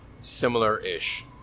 similar-ish